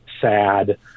sad